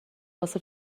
واسه